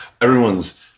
everyone's